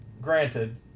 Granted